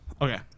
Okay